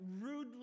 rudely